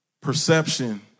Perception